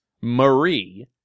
Marie